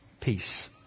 peace